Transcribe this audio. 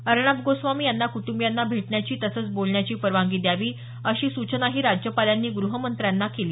अर्णब गोस्वामी यांना कुटुंबियांना भेटण्याची तसंच बोलण्याची परवानगी द्यावी अशीही सूचना राज्यपालांनी ग्रहमंत्र्यांना केली